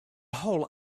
whole